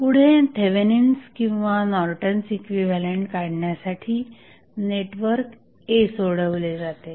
पुढे थेवेनिन्स किंवा Norton's equivalent काढण्यासाठी नेटवर्क A सोडवले जाते